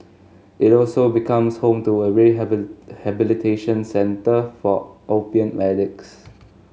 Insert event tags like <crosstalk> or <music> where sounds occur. it also becomes home to a <unintelligible> centre for opium addicts